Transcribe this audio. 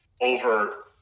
over